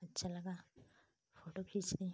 अच्छा लगा फोटो खींच लिए